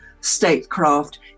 statecraft